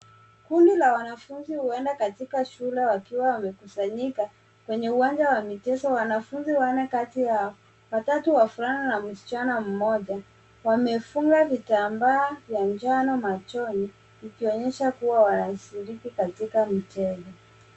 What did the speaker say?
Kundi la wanafunzi huenda katika shule wakiwa wamekusanyika kwenye uwanja wa michezo. Wanafunzi wanne kati yao watatu wavulana na msichana mmoja, wamefunga vitambaa ya njano machoni ikionyesha kuwa wanashirika katika michezo.